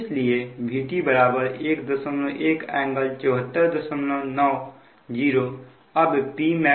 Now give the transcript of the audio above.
इसलिए Vt 11∟7490 अब Pmax